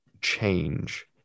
change